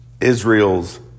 Israel's